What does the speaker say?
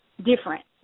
different